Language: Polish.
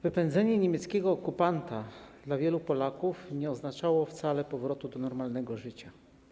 Wypędzenie niemieckiego okupanta dla wielu Polaków nie oznaczało wcale powrotu do normalnego życia.